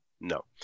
no